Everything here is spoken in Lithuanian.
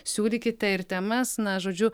siūlykite ir temas na žodžiu